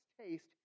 taste